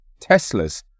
Teslas